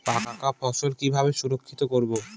পাকা ফসল কিভাবে সংরক্ষিত করব?